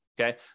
Okay